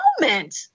moment